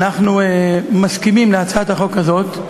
אנחנו מסכימים להצעת החוק הזאת.